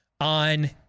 on